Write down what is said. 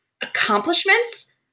accomplishments